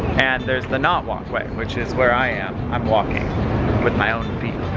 and there's the not-walkway, which is where i am. i'm walking with my own feet.